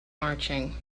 marching